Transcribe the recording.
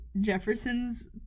Jefferson's